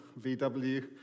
VW